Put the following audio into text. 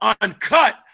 uncut